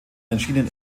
erschienen